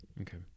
Okay